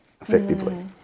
effectively